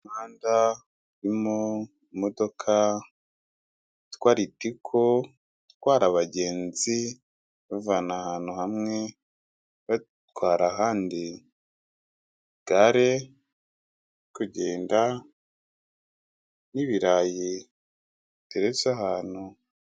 Umuhanda urimo imodoka yitwa Ritiko, itwara abagenzi ibavana ahantu hamwe ibatwara ahandi, igare riri kugenda n'ibirayi biteretse ahantu.